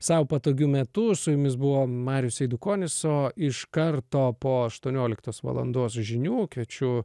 sau patogiu metu su jumis buvo marius eidukonis o iš karto po aštuonioliktos valandos žinių kviečiu